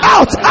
Out